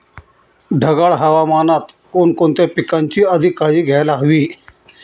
ढगाळ हवामानात कोणकोणत्या पिकांची अधिक काळजी घ्यायला हवी?